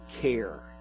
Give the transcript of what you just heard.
care